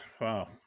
Wow